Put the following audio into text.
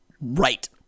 Right